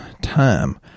time